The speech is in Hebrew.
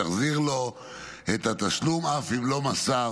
תחזיר לו את התשלום אף אם לא מסר